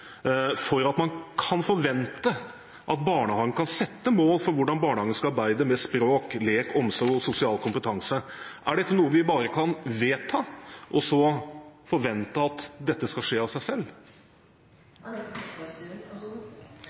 for at man kan forvente at barnehagen kan sette mål for hvordan barnehagen skal arbeide med språk, lek, omsorg og sosial kompetanse? Er dette noe vi bare kan vedta, og så forvente at det skal skje av seg